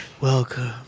welcome